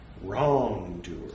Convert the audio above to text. wrongdoer